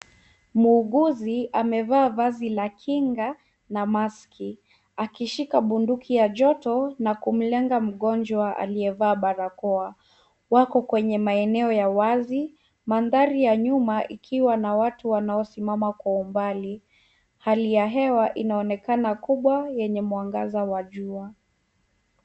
Muuguzi amevaa vazi la kinga na maski akishika bunduki ya joto na kumlenga mgonjwa aliyevaa barakoa. Wako kwenye maeneo ya wazi mandhari ya nyuma ikiwa na watu wanaosimama kwa umbali. Hali ya hewa inaonekana kubwa yenye mwangaza wa jua.